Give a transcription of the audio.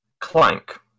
Clank